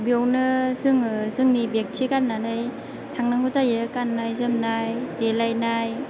बेवनो जोङाे जोंनि बेगथि गारनानै थांनांगौ जायो गान्नाय जोमनाय देलायनाय